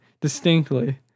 distinctly